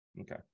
Okay